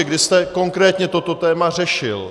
Kdy jste konkrétně toto téma řešil?